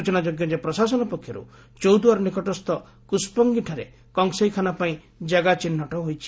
ସୂଚନାଯୋଗ୍ୟ ଯେ ପ୍ରଶାସନ ପକ୍ଷରୁ ଚୌଦ୍ୱାର ନିକଟସ୍ଷ କୁସ୍ପଙ୍ଗିଠାରେ କଂସେଇଖାନା ପାଇଁ ଜାଗା ଚିହ୍ବଟ ହୋଇଛି